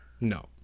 No